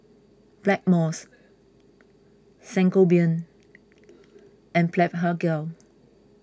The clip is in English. Blackmores Sangobion and Blephagel